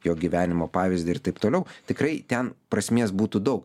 jo gyvenimo pavyzdį ir taip toliau tikrai ten prasmės būtų daug